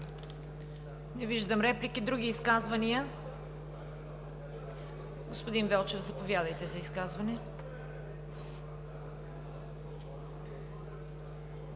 Не виждам. Други изказвания? Господин Велчев, заповядайте за изказване.